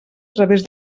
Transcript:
través